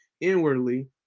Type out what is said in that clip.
inwardly